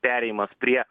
perėjimas prie